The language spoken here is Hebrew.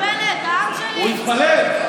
איפה העם שלך?